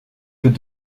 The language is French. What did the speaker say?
peut